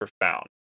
profound